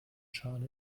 schale